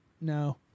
no